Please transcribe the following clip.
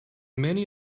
many